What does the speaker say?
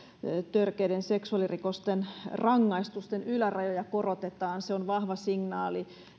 törkeiden seksuaalirikosten rangaistusten ylärajoja korotetaan se on vahva signaali